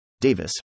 Davis